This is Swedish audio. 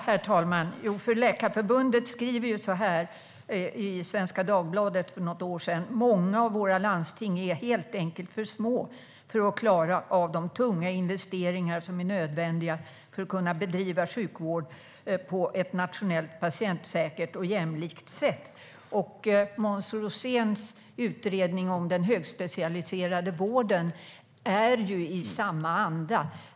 Herr talman! Läkarförbundet skrev följande i Svenska Dagbladet för något år sedan: "Många av våra landsting är helt enkelt för små för att klara de tunga investeringar som är nödvändiga för att kunna bedriva sjukvård på ett rationellt, patientsäkert och jämlikt sätt." Måns Roséns utredning om den högspecialiserade vården är i samma anda.